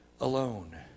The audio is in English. alone